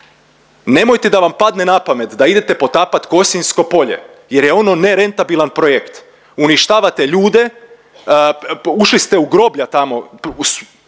Nemojte da vam padne na pamet da idete potapat Kosinjsko polje jer je ono ne rentabilan projekt. Uništavate ljude, ušli ste u groblja tamo protivno